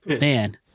man